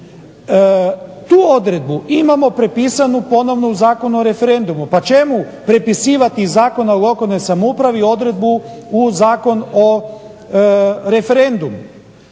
Tu odredbu imamo prepisanu ponovno u Zakonu o referendumu. Pa čemu prepisivati iz Zakona o lokalnoj samoupravi odredbu u Zakon o referendumu?